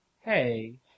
Hey